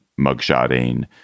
mugshotting